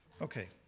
Okay